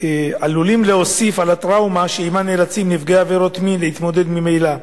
עלולים להוסיף על הטראומה שעמה נאלצים נפגעי עבירות מין להתמודד ממילא.